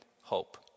hope